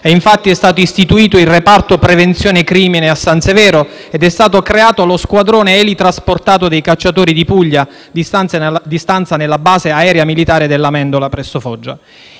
Infatti, è stato istituito il reparto prevenzione crimine a San Severo ed è stato creato lo squadrone eliportato dei cacciatori di Puglia, di stanza nella base aerea militare dell'Amendola, presso Foggia.